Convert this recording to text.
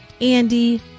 Andy